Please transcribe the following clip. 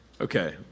Okay